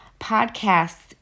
podcasts